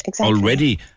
already